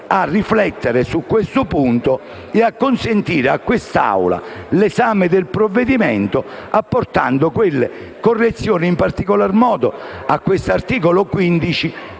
a riflettere su tale punto e a consentire a quest'Assemblea l'esame del provvedimento, apportando quelle correzioni, in particolar modo all'articolo 15,